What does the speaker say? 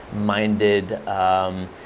minded